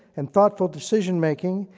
and thoughtful decision making,